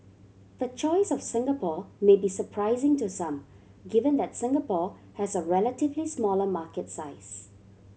the choice of Singapore may be surprising to some given that Singapore has a relatively smaller market size